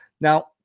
now